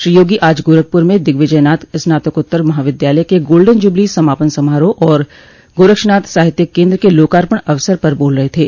श्री योगी आज गोरखपुर में दिग्विजयनाथ स्नातकोत्तर महाविद्यालय के गोल्डन जुबली समापन समारोह और गोरक्षनाथ साहित्यिक केन्द्र के लोकार्पण अवसर पर बोल रहे थे